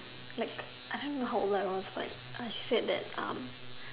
liked I don't even know how old I was I said that um